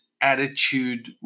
attitude